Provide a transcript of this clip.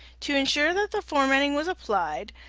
to ensure that the formatting was applied,